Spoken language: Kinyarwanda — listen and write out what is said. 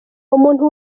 umuntu